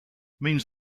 means